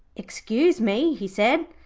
excuse me he said,